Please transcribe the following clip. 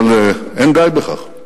אבל אין די בכך.